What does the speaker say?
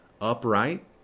upright